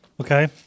okay